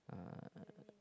uh